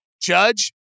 Judge